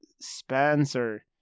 Spencer